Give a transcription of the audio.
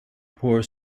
poor